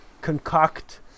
concoct